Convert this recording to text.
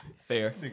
fair